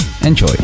enjoy